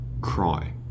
cry